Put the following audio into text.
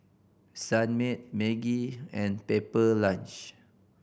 Sunmaid Maggi and Pepper Lunch